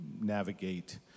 navigate